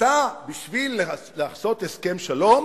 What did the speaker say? בשביל לעשות הסכם שלום